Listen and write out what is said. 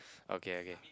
okay okay